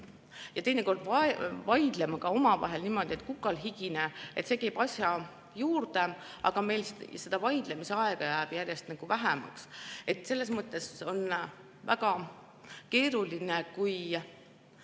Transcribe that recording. ja teinekord vaidlema ka omavahel niimoodi, et kukal higine, see käib asja juurde. Aga vaidlemisaega jääb järjest vähemaks. Selles mõttes on väga keeruline, kui